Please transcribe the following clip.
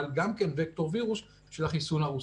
אבל גם וקטור וירוס של החיסון הרוסי.